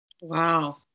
Wow